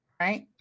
right